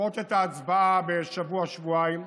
לדחות את ההצבעה בשבוע-שבועיים,